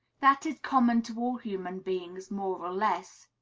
that is common to all human beings, more or less.